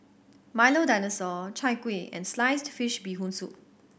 Milo Dinosaur Chai Kuih and sliced fish Bee Hoon Soup